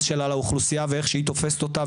שלה לאוכלוסייה ואיך שהיא תופסת אותה,